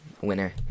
winner